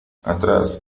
atrás